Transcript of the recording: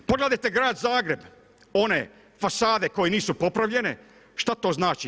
Pogledajte grad Zagreb, one fasade koje nisu popravljene, šta to znači?